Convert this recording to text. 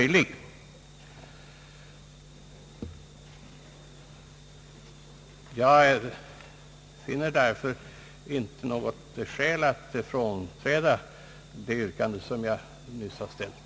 Jag finner därför inte något skäl att frånträda det yrkande som jag nyss har ställt.